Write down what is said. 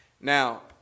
now